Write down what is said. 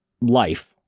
life